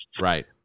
Right